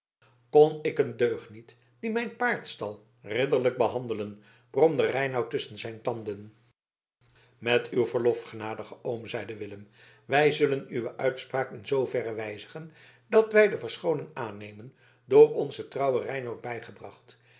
kon ik een deugniet die mijn paard stal ridderlijk behandelen bromde reinout tusschen zijn tanden met uw verlof genadige oom zeide willem wij zullen uwe uitspraak in zooverre wijzigen dat wij de verschooning aannemen door onzen trouwen reinout bijgebracht